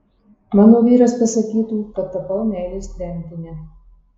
mano vyras pasakytų kad tapau meilės tremtine